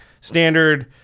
standard